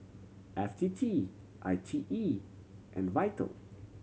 F T T I T E and Vital